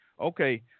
Okay